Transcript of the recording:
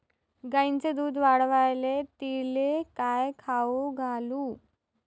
गायीचं दुध वाढवायले तिले काय खाऊ घालू?